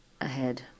ahead